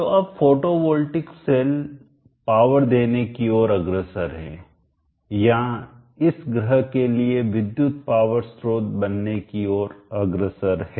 तो अब photovoltaic cell power देने की ओर अग्रसर है या इस ग्रह के लिए विद्युत पावर स्त्रोत बनने की ओर अग्रसर है